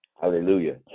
Hallelujah